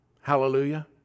Hallelujah